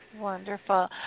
Wonderful